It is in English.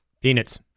Peanuts